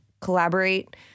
collaborate